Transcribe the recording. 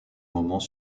moment